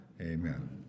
Amen